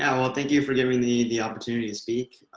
and well, thank you for giving the the opportunity to speak.